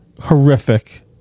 horrific